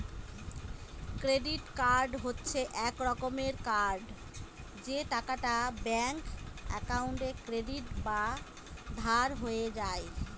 credit card হচ্ছে এক রকমের কার্ড যে টাকাটা ব্যাঙ্ক একাউন্টে ক্রেডিট বা ধার হয়ে যায়